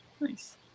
Nice